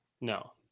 No